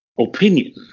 opinion